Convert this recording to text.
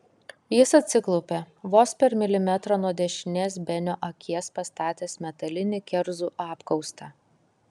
jis atsiklaupė vos per milimetrą nuo dešinės benio akies pastatęs metalinį kerzų apkaustą